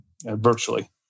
virtually